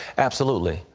absolutely.